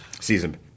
season